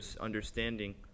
understanding